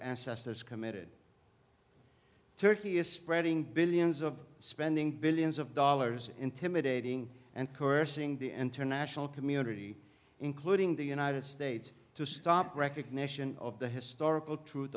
ancestors committed turkey is spreading billions of spending billions of dollars intimidating and cursing the international community including the united states to stop recognition of the historical truth